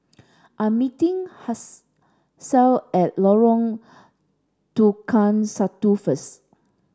I'm meeting Hasel at Lorong Tukang Satu first